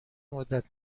مدت